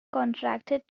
contracted